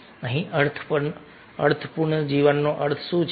અહીં અર્થપૂર્ણ જીવનનો અર્થ શું છે